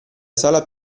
sala